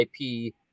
IP